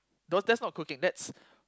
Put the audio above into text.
thos that's not cooking that's